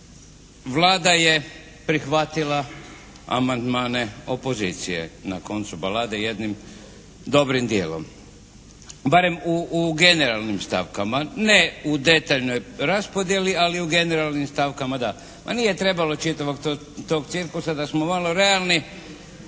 Vlada je prihvatila amandmane opozicije, na koncu balade jednim dobrim dijelom, barem u generalnim stavkama, ne u detaljnoj raspodjeli ali u generalnim stavkama da. Ma nije trebalo čitavog tog cirkusa. Da smo malo realni